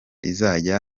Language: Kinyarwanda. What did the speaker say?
izajya